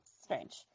Strange